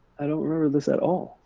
i don't remember this at all.